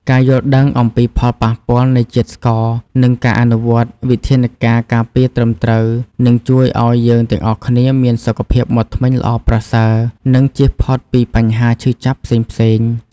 ការយល់ដឹងអំពីផលប៉ះពាល់នៃជាតិស្ករ និងការអនុវត្តវិធានការការពារត្រឹមត្រូវ នឹងជួយឲ្យយើងទាំងអស់គ្នាមានសុខភាពមាត់ធ្មេញល្អប្រសើរ និងជៀសផុតពីបញ្ហាឈឺចាប់ផ្សេងៗ។